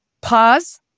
Pause